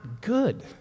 good